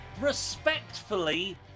Respectfully